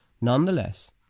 Nonetheless